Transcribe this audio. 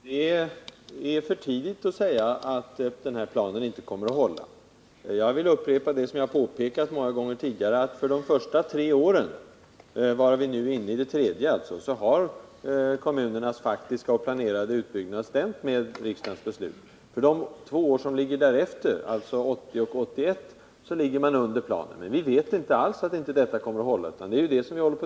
Herr talman! Det är för tidigt att säga att planen inte kommer att hållas. Jag vill upprepa det som jag påpekat många gånger tidigare, nämligen att kommunernas faktiska och planerade utbyggnad har överensstämt med riksdagens beslut när det gäller de första tre åren — varav vi nu är inne i det tredje. För de två år som vi därefter har framför oss, alltså 1980 och 1981, ligger kommunerna under planen, men vi kan för den skull inte säga att planen inte kommer att kunna hållas.